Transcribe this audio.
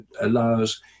allows